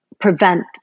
prevent